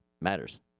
matters